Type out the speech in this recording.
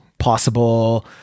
possible